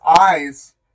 eyes